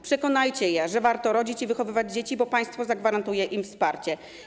Przekonajcie je, że warto rodzić i wychowywać dzieci, bo państwo zagwarantuje im wsparcie.